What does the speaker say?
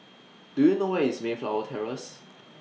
Do YOU know Where IS Mayflower Terrace